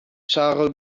charles